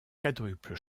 quadruple